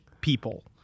people